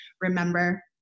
remember